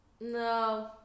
no